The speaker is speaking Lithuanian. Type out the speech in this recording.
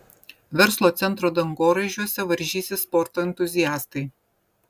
verslo centro dangoraižiuose varžysis sporto entuziastai